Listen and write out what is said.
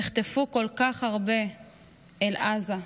נחטפו כל כך הרבה אל עזה,